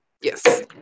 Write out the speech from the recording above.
yes